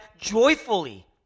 joyfully